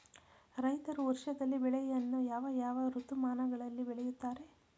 ರೈತರು ವರ್ಷದಲ್ಲಿ ಬೆಳೆಯನ್ನು ಯಾವ ಯಾವ ಋತುಮಾನಗಳಲ್ಲಿ ಬೆಳೆಯುತ್ತಾರೆ?